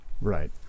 Right